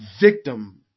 victim